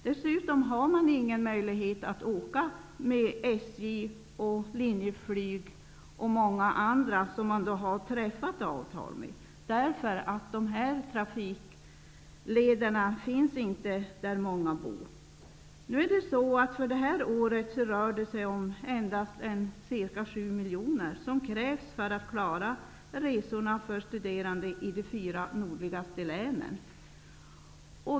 Dessutom har man ingen möjlighet att använda sig av SJ, Linjeflyg och andra som det har träffats avtal med, därför att dessa trafikleder inte alltid finns där det bor människor. För det här året rör det sig om endast ca 7 miljoner som krävs för att klara resorna för studerande i de fyra nordligaste länen.